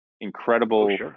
Incredible